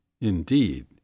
indeed